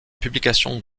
publication